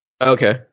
Okay